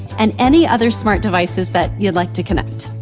and any other smart devices that you'd like to connect.